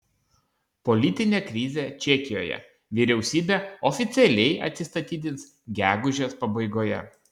politinė krizė čekijoje vyriausybė oficialiai atsistatydins gegužės pabaigoje